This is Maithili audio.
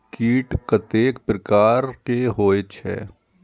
कीट कतेक प्रकार के होई छै?